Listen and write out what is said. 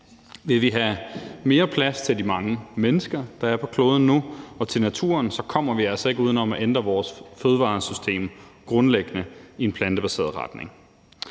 Vil vi have mere plads til de mange mennesker, der er på kloden nu, og til naturen, så kommer vi altså ikke uden om at ændre vores fødevaresystem grundlæggende i en plantebaseret retning.